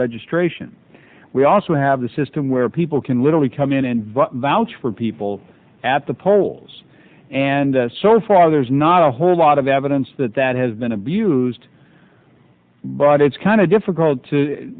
registration we also have a system where people can literally come in and vote vouch for people at the polls and so far there's not a whole lot of evidence that that has been abused but it's kind of difficult to